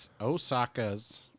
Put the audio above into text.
Osaka's